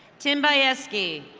tim bayevski.